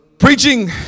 Preaching